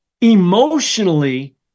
Emotionally